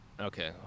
okay